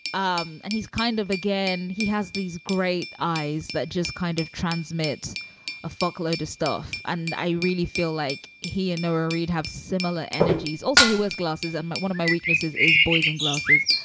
um and he's. kind of again he has these great eyes that just kind of transmit a fuckload to stuff. and i really feel like he and nora reid have similar energies. also, he wears glasses. and but one of my weaknesses is boyzone glasses.